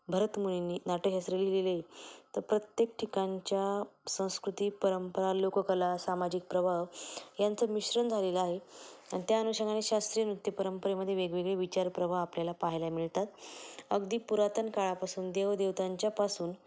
भरतमुनीनी नाट्यशास्त्र जे लिहिले तर प्रत्येक ठिकाणच्या संस्कृती परंपरा लोककला सामाजिक प्रभाव यांचं मिश्रण झालेलं आहे आणि त्या अनुषंगाने शास्त्रीय नृत्यपरंपरेमधे वेगवेगळे विचार प्रवाह आपल्याला पाहायला मिळतात अगदी पुरातन काळापासून देवदेवतांच्यापासून